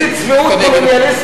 איזו צביעות קולוניאליסטית,